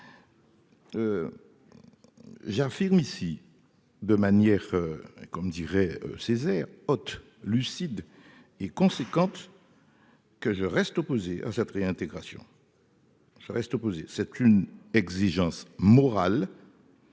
J'affirme ici de manière, comme dirait Césaire autre lucide et conséquente. Que je reste opposé à cette réintégration. Je reste opposé, c'est une exigence morale.